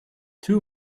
two